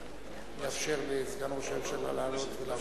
תאפשר לסגן ראש הממשלה לעלות ולהשיב.